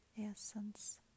Essence